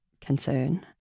concern